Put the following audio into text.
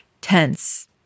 tense